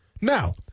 Now